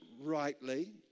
rightly